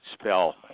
spell